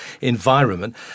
environment